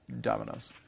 dominoes